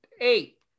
eight